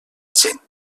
agenda